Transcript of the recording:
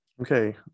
Okay